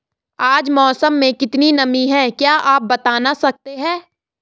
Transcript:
आज मौसम में कितनी नमी है क्या आप बताना सकते हैं?